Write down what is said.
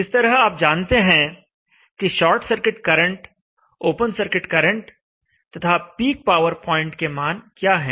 इस तरह आप जानते हैं कि short circuit current open circuit current तथा पीक पावर पॉइंट के मान क्या हैं